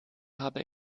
habe